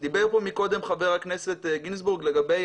דיבר פה מקודם חבר הכנסת גינזבורג לגבי